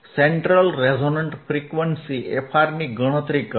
central resonant frequency fR ની ગણતરી કરો